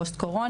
פוסט קורונה.